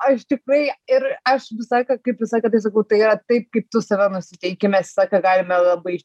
aš tikrai ir aš visa kaip visą laiką tai sakau tai yra taip kaip tu save nusiteiki mes visą laiką galime labai